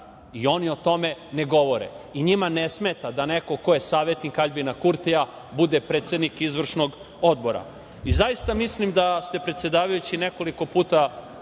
Oni o tome ne govore. Njima ne smeta da neko ko je savetnik Aljbina Kurtija bude predsednik izvršnog odbora. Zaista mislim da ste, predsedavajući, nekoliko puta